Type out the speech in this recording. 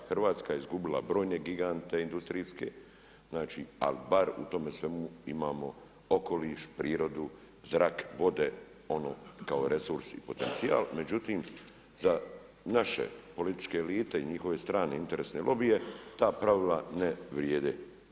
Hrvatska je izgubila brojne gigante industrijske, znači ali bar u tome svemu imamo okoliš, prirodu, zrak, vode, ono kao resursi i potencijal, međutim, za naše političke elite i njihove strane interesne lobije, ta pravila ne vrijede.